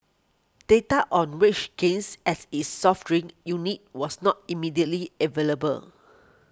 data on wage gains at its soft drink unit was not immediately available